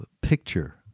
picture